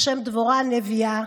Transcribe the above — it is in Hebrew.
על שם דבורה הנביאה,